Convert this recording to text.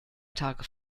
tage